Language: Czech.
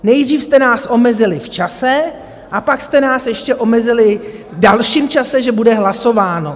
Nejdřív jste nás omezili v čase a pak jste nás ještě omezili v dalším čase, že bude hlasováno.